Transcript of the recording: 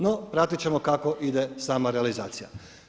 No pratiti ćemo kako ide sama realizacije.